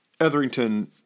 Etherington